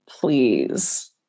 please